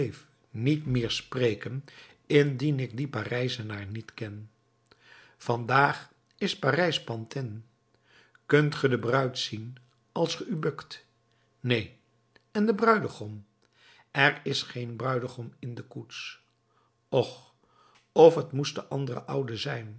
niet meer spreken indien ik dien parijzenaar niet ken vandaag is parijs pantin kunt ge de bruid zien als ge u bukt neen en den bruidegom er is geen bruidegom in de koets och of t moest de andere oude zijn